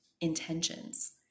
intentions